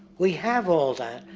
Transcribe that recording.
we have all that,